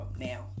now